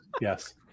Yes